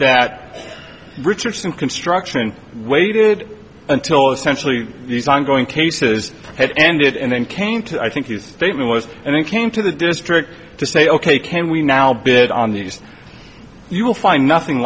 that richardson construction waited until essentially these ongoing cases had ended and then came to i think the statement was and then came to the district to say ok can we now bid on these you will find nothing